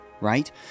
right